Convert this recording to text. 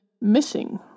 missing